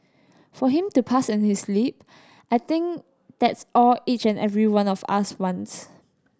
for him to pass in his sleep I think that's all each and every one of us wants